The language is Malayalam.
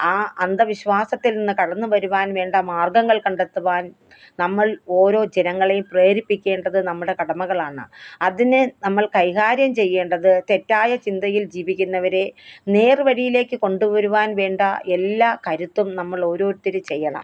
ആ അന്ധവിശ്വാസത്തില് നിന്ന് കടന്നുവരുവാന് വേണ്ട മാര്ഗ്ഗങ്ങള് കണ്ടെത്തുവാന് നമ്മള് ഓരോ ജനങ്ങളെയും പ്രേരിപ്പിക്കേണ്ടത് നമ്മുടെ കടമകളാണ് അതിനെ നമ്മള് കൈകാര്യം ചെയ്യേണ്ടത് തെറ്റായ ചിന്തയില് ജീവിക്കുന്നവരെ നേര്വഴിയിലേക്ക് കൊണ്ടുവരുവാന് വേണ്ട എല്ലാ കരുത്തും നമ്മള് ഓരോരുത്തർ ചെയ്യണം